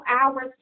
hours